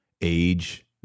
age